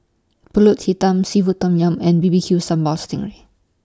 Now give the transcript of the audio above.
Pulut Hitam Seafood Tom Yum and B B Q Sambal Sting Ray